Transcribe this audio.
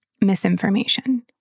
misinformation